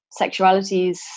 sexualities